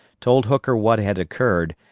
told hooker what had occurred,